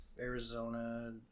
Arizona